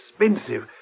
expensive